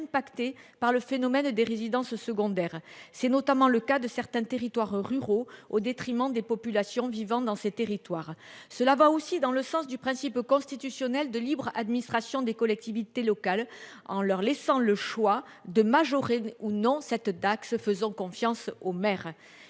Par le phénomène des résidences secondaires. C'est notamment le cas de certains territoires ruraux au détriment des populations vivant dans ces territoires, cela va aussi dans le sens du principe constitutionnel de libre administration des collectivités locales en leur laissant le choix de majorer ou non cette Dax, faisons confiance aux maires.